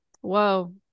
whoa